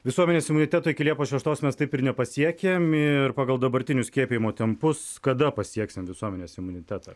visuomenės imuniteto iki liepos šeštos taip ir nepasiekėm ir pagal dabartinius skiepijimo tempus kada pasieksim visuomenės imunitetą